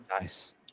Nice